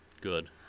good